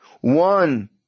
one